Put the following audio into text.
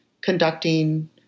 conducting